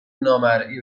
نامرئی